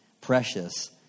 precious